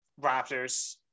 Raptors